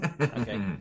Okay